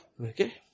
okay